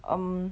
um